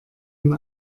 und